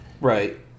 Right